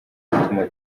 gutuma